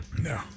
No